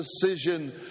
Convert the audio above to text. decision